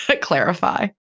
clarify